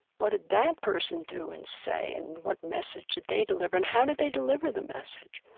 what did that person do and say, and what message did they deliver, and how did they deliver the message?